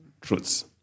truths